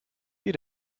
you